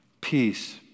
Peace